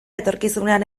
etorkizunean